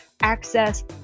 access